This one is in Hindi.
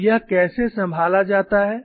और यह कैसे संभाला जाता है